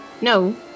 No